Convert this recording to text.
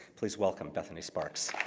please welcome bethany sparks.